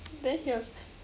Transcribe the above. then he was like